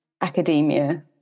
academia